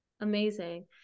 Amazing